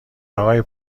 آقای